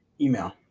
email